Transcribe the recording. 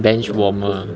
bench warmer